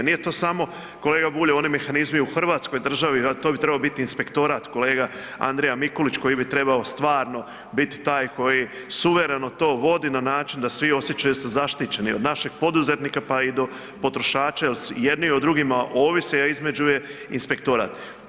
Nije to samo, kolega Bulj oni mehanizmi u Hrvatskoj državi, a to bi trebao biti inspektorat, kolega Andrija Mikulić, koji bi trebao stvarno bit taj koji suvereno to vodi na način da svi osjećaju se zaštićeni od našeg poduzetnika pa i do potrošača jer jedni o drugima ovise, a između je inspektorat.